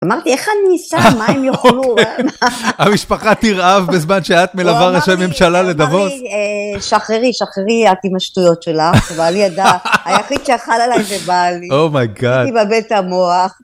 אמרתי, איך אני אסע? מה הם יאוכלו? המשפחה תירעב בזמן שאת מלווה ראשי הממשלה לדבות. שחררי, שחררי את עם השטויות שלך, אבל ידע, היחיד שיכל עליי זה בעלי. אומייגאד. הייתי בבית המוח.